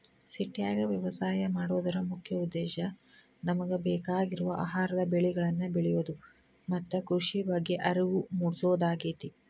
ಸಿಟ್ಯಾಗ ವ್ಯವಸಾಯ ಮಾಡೋದರ ಮುಖ್ಯ ಉದ್ದೇಶ ನಮಗ ಬೇಕಾಗಿರುವ ಆಹಾರದ ಬೆಳಿಗಳನ್ನ ಬೆಳಿಯೋದು ಮತ್ತ ಕೃಷಿ ಬಗ್ಗೆ ಅರಿವು ಮೂಡ್ಸೋದಾಗೇತಿ